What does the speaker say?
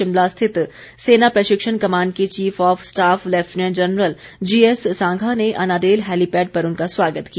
शिमला स्थित सेना प्रशिक्षण कमाड के chief of staff lieutenant general GS Sangha ने अनाडेल हैलीपेड पर उनका स्वागत किया